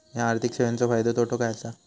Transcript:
हया आर्थिक सेवेंचो फायदो तोटो काय आसा?